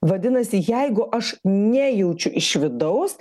vadinasi jeigu aš nejaučiu iš vidaus